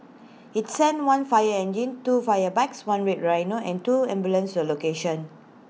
IT sent one fire engine two fire bikes one red rhino and two ambulances to the location